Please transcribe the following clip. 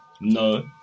No